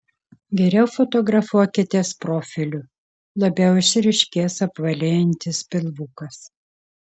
geriau fotografuokitės profiliu labiau išryškės apvalėjantis pilvukas